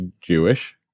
Jewish